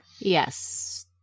Yes